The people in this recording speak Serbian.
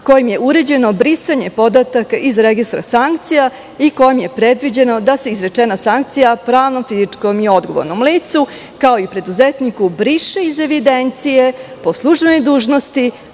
kojim je uređeno brisanje podataka iz registra sankcija i kojim je predviđeno da se izrečena sankcija pravnom fizičkom i odgovornom licu, kao i preduzetniku, briše iz evidencije po službenoj dužnosti